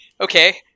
okay